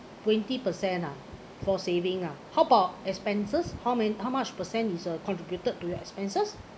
twenty percent ah for saving ah how about expenses how many how much percent is uh contributed to your expenses